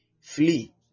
flee